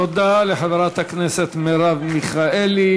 תודה לחברת הכנסת מרב מיכאלי.